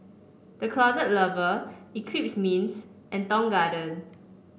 The Closet Lover Eclipse Mints and Tong Garden